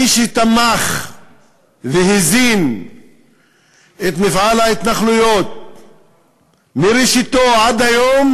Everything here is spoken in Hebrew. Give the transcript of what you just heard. מי שתמך והזין את מפעל ההתנחלויות מראשיתו עד היום